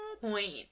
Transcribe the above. point